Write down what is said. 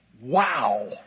Wow